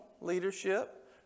leadership